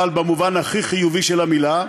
אבל במובן הכי חיובי של המילה.